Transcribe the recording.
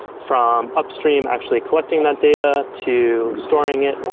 from upstream, actually collecting that data, to storing it,